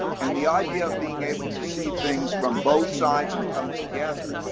and the idea of being able to see things from both sides and come together,